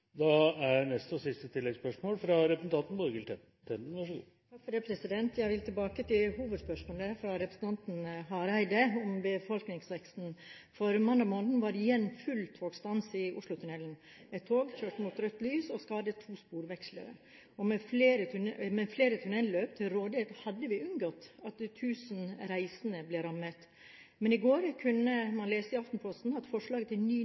Jeg vil tilbake til hovedspørsmålet fra representanten Hareide om befolkningsveksten. Mandag morgen var det igjen full togstans i Oslotunnelen. Et tog kjørte mot rødt lys og skadet to sporvekslere. Med flere tunnelløp til rådighet hadde vi unngått at tusenvis av reisende ble rammet. Men i går kunne man lese i Aftenposten at i forslaget til ny